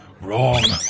Wrong